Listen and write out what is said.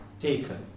taken